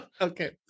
Okay